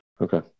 Okay